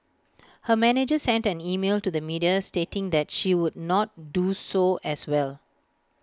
her manager sent an email to the media stating that she would not do so as well